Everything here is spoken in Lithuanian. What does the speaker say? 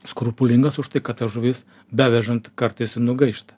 skrupulingas už tai kad ta žuvis bevežant kartais ir nugaišta